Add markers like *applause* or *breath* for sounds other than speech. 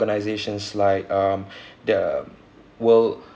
organisations like um *breath* there are world